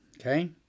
Okay